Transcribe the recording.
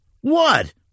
What